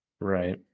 Right